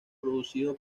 producido